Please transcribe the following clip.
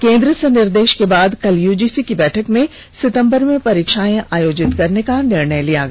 केन्द्र से निर्देष के बाद कल यूजीसी की बैठक में सितम्बर में परीक्षाएं आयोजित करने का निर्णय लिया गया